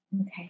Okay